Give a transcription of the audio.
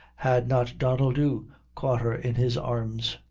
had not donnel dhu caught her in his arms.